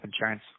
insurance